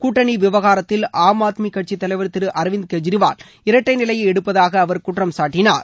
கூட்டணி விவகாரத்தில் ஆம் ஆத்மி கட்சித் தலைவர் திரு அரவிந்த் கெஜ்ரிவால் இரட்டை நிலையை எடுப்பதாக அவர் குற்றம்சாட்டினார்